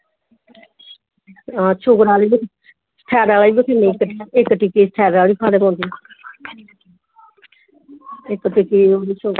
हां शूगर आह्ली बी थाईराईड आह्ली इक टिक्की थाईराईड़ आह्ली खानीं पौंदी इक टिक्की ओह् बी